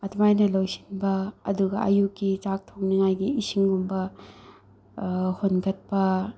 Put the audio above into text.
ꯑꯗꯨꯃꯥꯏꯅ ꯂꯣꯏꯁꯤꯟꯕ ꯑꯗꯨꯒ ꯑꯌꯨꯛꯀꯤ ꯆꯥꯛ ꯊꯣꯡꯅꯤꯡꯉꯥꯏꯒꯤ ꯏꯁꯤꯡꯒꯨꯝꯕ ꯍꯣꯟꯒꯠꯄ